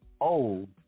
old